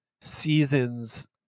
seasons